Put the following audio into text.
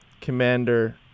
Commander